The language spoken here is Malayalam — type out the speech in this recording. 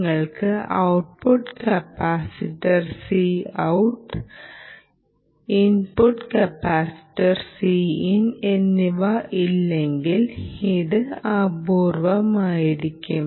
നിങ്ങൾക്ക് output capacitor Cout input capacitor Cin എന്നിവ ഇല്ലെങ്കിൽ ഇത് അപൂർണ്ണമായിരിക്കും